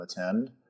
attend